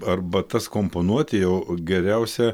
arbatas komponuoti jau geriausia